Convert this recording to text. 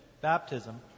baptism